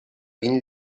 vint